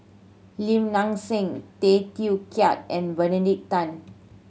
Lim Nang Seng Tay Teow Kiat and Benedict Tan